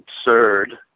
absurd